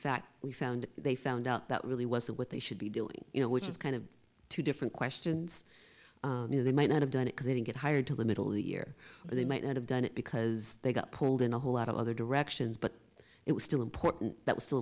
fact we found they found out that really wasn't what they should be doing you know which is kind of two different questions you know they might not have done it because they didn't get hired to the middle of the year or they might not have done it because they got pulled in a whole lot of other directions but it was still important